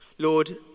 Lord